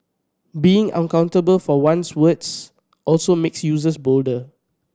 being unaccountable for one's words also makes users bolder